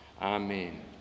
Amen